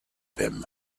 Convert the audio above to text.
him